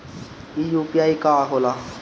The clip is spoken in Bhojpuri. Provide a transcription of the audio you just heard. ई यू.पी.आई का होला?